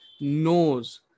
knows